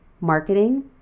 marketing